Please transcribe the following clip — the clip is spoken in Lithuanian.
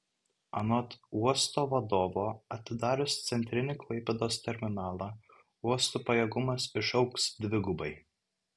anot uosto vadovo atidarius centrinį klaipėdos terminalą uosto pajėgumas išaugs dvigubai